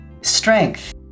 Strength